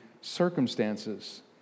circumstances